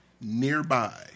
nearby